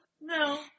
No